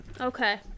okay